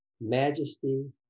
majesty